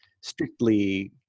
strictly